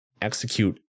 execute